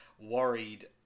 worried